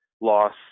loss